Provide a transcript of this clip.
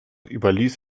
überließ